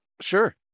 Sure